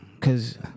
Cause